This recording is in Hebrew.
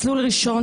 מסלול ראשון,